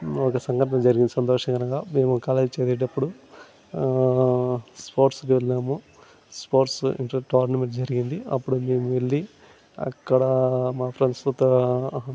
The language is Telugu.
ఒక సంఘటన జరిగింది సంతోషకరంగా మేము కాలేజ్ చదివేటప్పుడు స్పోర్ట్స్ వెళ్ళినాము స్పోర్ట్స్ అంటే అప్పుడు టోర్నమెంట్ జరిగింది అప్పుడు నేను వెళ్లి అక్కడా మా ఫ్రెండ్స్తో